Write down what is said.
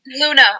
Luna